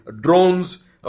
drones